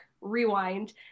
rewind